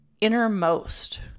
innermost